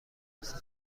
مثل